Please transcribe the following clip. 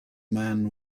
man